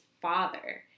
father